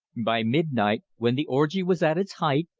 by midnight, when the orgy was at its height,